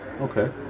okay